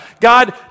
God